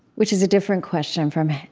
which is a different question from,